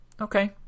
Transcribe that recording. Okay